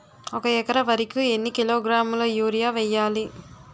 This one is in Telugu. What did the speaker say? ఒక ఎకర వరి కు ఎన్ని కిలోగ్రాముల యూరియా వెయ్యాలి?